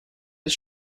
his